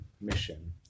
mission